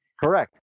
Correct